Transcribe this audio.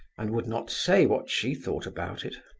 and would not say what she thought about it.